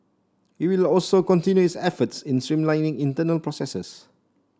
it will also continue its efforts in streamlining internal processes